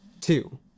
Two